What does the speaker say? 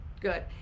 good